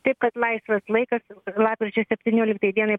taip kad laisvas laikas lapkričio septynioliktai dienai